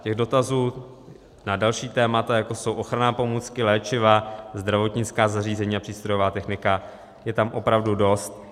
Těch dotazů na další témata, jako jsou ochranné pomůcky, léčiva, zdravotnická zařízení a přístrojová technika, je tam opravdu dost.